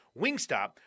Wingstop